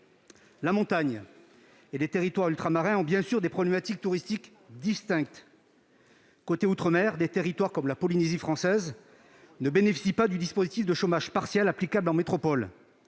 La montagne et les territoires ultramarins ont, bien sûr, des problématiques touristiques distinctes. Côté outre-mer, des territoires comme la Polynésie française ne bénéficient pas du dispositif de chômage partiel applicable en métropole.